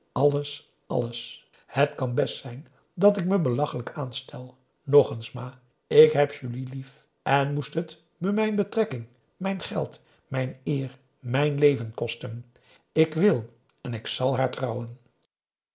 alles alles het kan best zijn dat ik me belachelijk aanstel nog eens ma ik heb julie lief en moest het me mijn betrekking mijn geld mijn eer mijn leven kosten ik wil en ik zal haar trouwen